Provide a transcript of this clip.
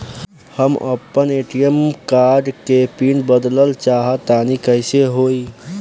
हम आपन ATM card के पीन बदलल चाहऽ तनि कइसे होई?